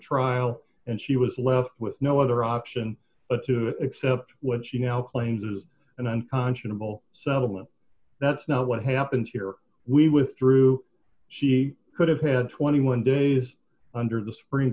trial and she was left with no other option but to accept what she now claims is an unconscionable settlement that's not what happens here we withdrew she could have had twenty one days under the supreme